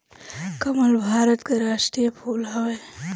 कमल भारत के राष्ट्रीय फूल हवे